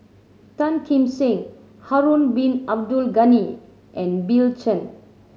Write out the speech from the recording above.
Tan Kim Seng Harun Bin Abdul Ghani and Bill Chen